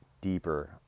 deeper